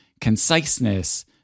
conciseness